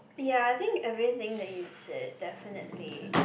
ya I think everything that you said definitely